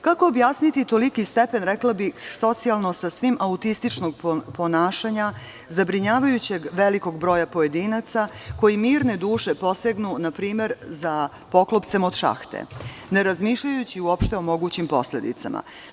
Kako objasniti toliti stepen, rekla bih, socijalno sasvim autističkog ponašanja zabrinjavajućeg velikog broja pojedinaca koji mirne duše posegnu npr. za poklopcem od šahte, ne razmišljajući o mogućim posledicama?